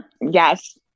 Yes